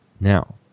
Now